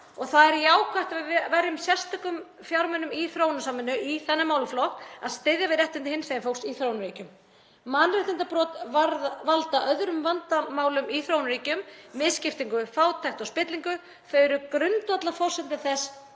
Það er jákvætt að við verjum sérstökum fjármunum í þróunarsamvinnu í þennan málaflokk, að styðja við réttindi hinsegin fólks í þróunarríkjum. Mannréttindabrot valda öðrum vandamálum í þróunarríkjum; misskiptingu, fátækt og spillingu. Það er grundvallarforsenda þess